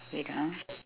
wait ah